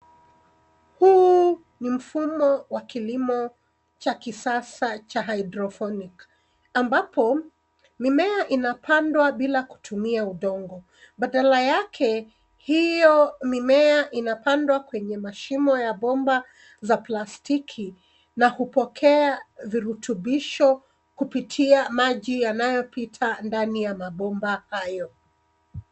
Huu ni mfumo wa kilimo cha kisasa cha hydroponic ambapo mimea inapandwa bila kutumia udongo badala yake hiyo mimea inapandwa kwenye mashimo ya bomba za plastiki na kupokea virutubisho kupitia maji yanayopita ndani ya mabomba hayo.